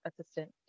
assistant